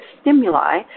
stimuli